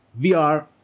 VR